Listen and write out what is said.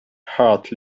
heart